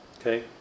okay